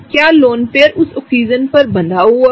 क्या loan payer उस oxygen पर बंधा है